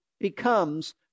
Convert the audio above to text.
becomes